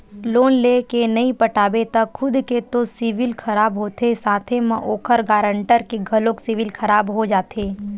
loan लेय के नइ पटाबे त खुद के तो सिविल खराब होथे साथे म ओखर गारंटर के घलोक सिविल खराब हो जाथे